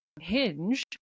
hinge